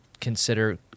consider